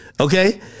okay